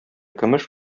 көмеш